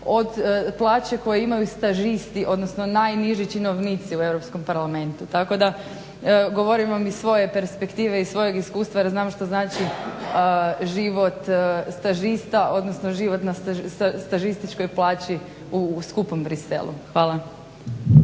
od plaće koju imaju stažisti, odnosno najniži činovnici u Europskom parlamentu. Tako da govorim vam iz svoje perspektive, iz svojeg iskustva jer znam što znači život stažista, odnosno život na stažističkoj plaći u skupom Bruxellesu. Hvala.